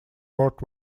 world